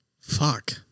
Fuck